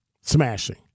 smashing